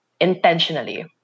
intentionally